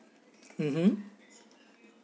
mmhmm